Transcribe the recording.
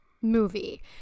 movie